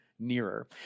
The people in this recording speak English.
Nearer